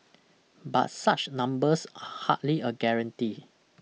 but such numbers are hardly a guarantee